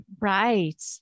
Right